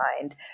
mind